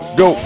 go